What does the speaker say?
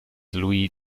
louis